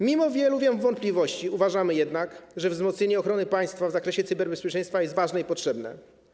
Mimo wielu wątpliwości uważamy jednak, że wzmocnienie ochrony państwa w zakresie cyberbezpieczeństwa jest ważne i potrzebne.